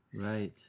right